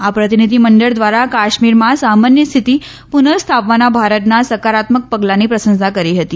આ પ્રતિનિધિ મંડળ ધ્વારા કાશ્મીરમાં સામાન્ય સ્થિતિ પુનઃ સ્થાપવાના ભારતના સકારાત્મક પગલાની પ્રશંસા કરી હતી